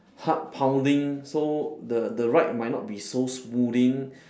heart pounding so the the ride might not be so smoothing